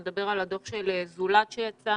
נדבר על הדוח של "זולת" שיצא.